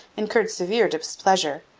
incurred severe displeasure,